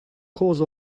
cause